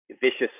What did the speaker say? vicious